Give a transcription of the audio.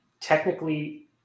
technically